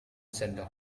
sendok